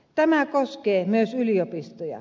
tämä koskee myös yliopistoja